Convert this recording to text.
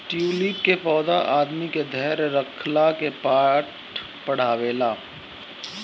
tulip के पौधा आदमी के धैर्य रखला के पाठ पढ़ावेला